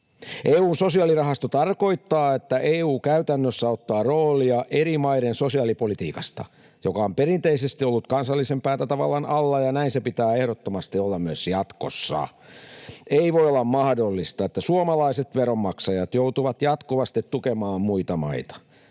EU:n sosiaalirahasto tarkoittaa, että EU käytännössä ottaa roolia eri maiden sosiaalipolitiikassa, joka on perinteisesti ollut kansallisen päätäntävallan alla, ja näin se pitää ehdottomasti olla myös jatkossa. Ei voi olla mahdollista, että suomalaiset veronmaksajat joutuvat jatkuvasti tukemaan muita maita,